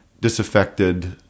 disaffected